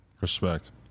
Respect